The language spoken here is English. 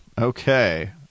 okay